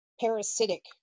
parasitic